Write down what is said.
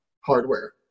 hardware